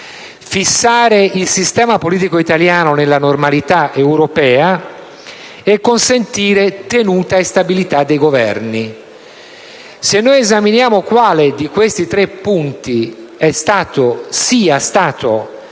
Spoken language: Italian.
fissare il sistema politico italiano nella normalità europea; consentire tenuta e stabilità dei Governi. Se noi esaminiamo quale di questi tre punti sia stato